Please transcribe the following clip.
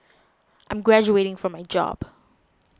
I'm graduating from my job